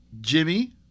Jimmy